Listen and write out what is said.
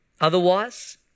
Otherwise